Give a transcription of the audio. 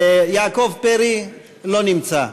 יעקב פרי, לא נמצא.